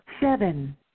seven